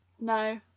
No